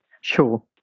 Sure